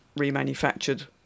remanufactured